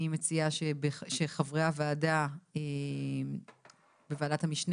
אני מציעה שחברי הוועדה בוועדת המשנה